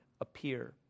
appear